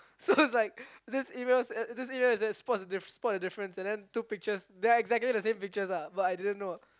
so it's like this email said this email said spot the difference and then two pictures they are exactly the same pictures ah but I didn't know